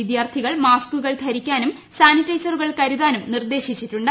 വിദ്യാർത്ഥികൾ മാസ്കുകൾ ധരിക്കാനും സാനിറ്റൈസറുകൾ കരുതാനും നിർദേശിച്ചിട്ടുണ്ട്